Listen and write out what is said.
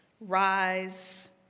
Rise